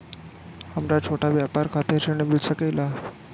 हमरा छोटा व्यापार खातिर ऋण मिल सके ला?